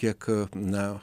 kiek na